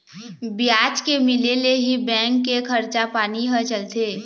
बियाज के मिले ले ही बेंक के खरचा पानी ह चलथे